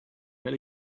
met